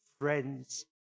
friends